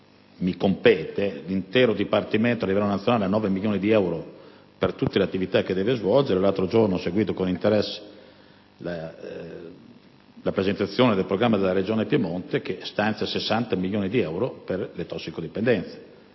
mi compete: l'intero Dipartimento, a livello nazionale, ha 9 milioni di euro per tutte le attività che deve svolgere, mentre giorni fa ho seguito con interesse la presentazione del programma della Regione Piemonte, che stanzia 60 milioni di euro per le tossicodipendenze.